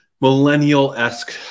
millennial-esque